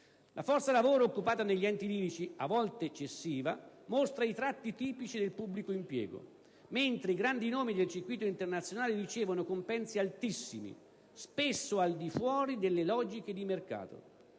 La forza lavoro occupata negli enti lirici, a volte eccessiva, mostra i tratti tipici del pubblico impiego, mentre i grandi nomi del circuito internazionale ricevono compensi altissimi, spesso al di fuori dalle logiche di mercato.